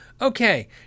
Okay